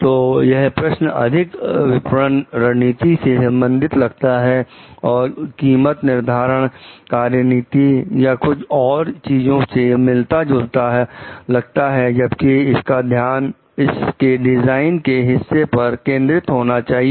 तो यह प्रश्न अधिक विपणन रणनीति से संबंधित लगता है और कीमत निर्धारण कार्यनीति या कुछ और चीजों से मिलता जुलता लगता है जबकि इसका ध्यान इस के डिजाइन के हिस्से पर केंद्रित होना चाहिए